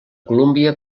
colúmbia